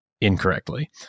incorrectly